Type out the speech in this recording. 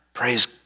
praise